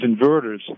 inverters